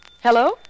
Hello